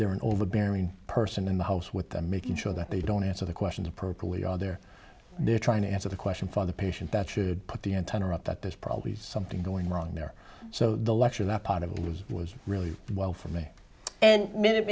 there an overbearing person in the house with them making sure that they don't answer the questions or perkily are there they're trying to answer the question for the patient that should put the antenna up that there's probably something going wrong there so the lecture that part of it was was really well for me and m